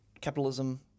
capitalism